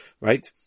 right